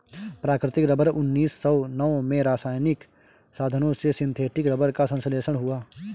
प्राकृतिक रबर उन्नीस सौ नौ में रासायनिक साधनों से सिंथेटिक रबर का संश्लेषण हुआ